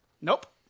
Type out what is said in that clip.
Nope